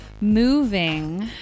moving